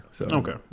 Okay